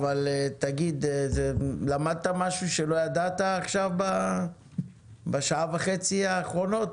אבל תגיד למדת משהו שלא ידעת עכשיו בשעה וחצי האחרונות?